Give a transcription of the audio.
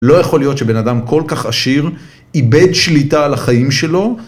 לא יכול להיות שבן אדם כל כך עשיר איבד שליטה על החיים שלו.